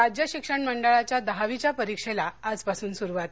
राज्य शिक्षण मंडळाच्या दहावीच्या परीक्षेला आजपासून सुरुवात